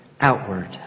outward